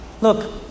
Look